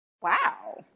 wow